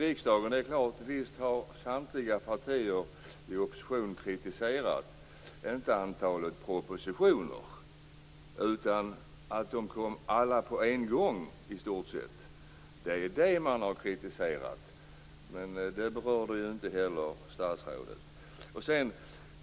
Visst har samtliga partier i opposition kritiserat, inte antalet propositioner, utan det faktum att de kom alla i stort sett på en gång. Det är det man har kritiserat. Men det berörde inte heller statsrådet.